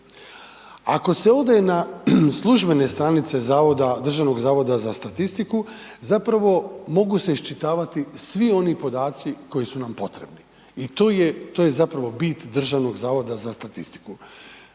Ako se ode na službene stranice Zavoda, Državnog zavoda za statistiku zapravo mogu se iščitavati svi oni podaci koji su nam potrebni, i to je, to je zapravo bit Državnog zavoda za statistiku.